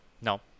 No